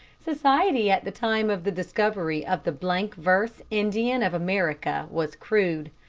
society at the time of the discovery of the blank-verse indian of america was crude.